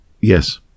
Yes